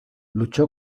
luchó